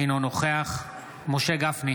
אינו נוכח משה גפני,